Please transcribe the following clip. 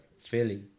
Philly